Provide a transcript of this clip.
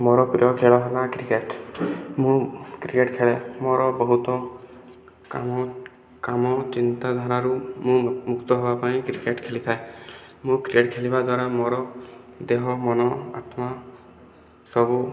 ମୋର ପ୍ରିୟ ଖେଳ ହେଲା କ୍ରିକେଟ ମୁଁ କ୍ରିକେଟ ଖେଳେ ମୋର ବହୁତ କାମ କାମ ଚିନ୍ତାଧାରାରୁ ମୁଁ ମୁକ୍ତ ହେବା ପାଇଁ କ୍ରିକେଟ ଖେଳିଥାଏ ମୁଁ କ୍ରିକେଟ ଖେଳିବା ଦ୍ଵାରା ମୋର ଦେହ ମନ ଆତ୍ମା ସବୁ